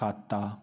ਖਾਤਾ